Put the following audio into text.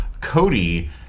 Cody